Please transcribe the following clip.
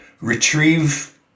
retrieve